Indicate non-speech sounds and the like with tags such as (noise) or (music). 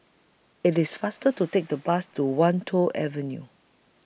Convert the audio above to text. IT IS faster to Take (noise) The Bus to Wan Tho Avenue